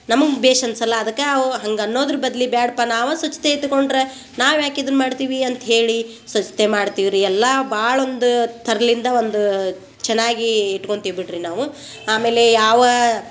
ನಮಗೆ ಭೇಷ್ ಅನ್ಸಲ್ಲ ಅದಕ್ಕೆ ಅವು ಹಂಗೆ ಅನ್ನೊದ್ರ ಬದ್ಲಿ ಬ್ಯಾಡ್ಪ ನಾವು ಸ್ವಚ್ಛತೆ ಇಟ್ಕೊಂಡ್ರೆ ನಾವು ಯಾಕೆ ಇದನ್ನ ಮಾಡ್ತೀವಿ ಅಂತ ಹೇಳಿ ಸ್ವಚ್ಛತೆ ಮಾಡ್ತೀವಿ ರೀ ಎಲ್ಲಾ ಬಾಳೊಂದ ತರ್ಲಿಂದ ಒಂದು ಚೆನ್ನಾಗಿ ಇಟ್ಕೊಳ್ತೀವಿ ಬಿಡ್ರಿ ನಾವು ಆಮೇಲೆ ಯಾವ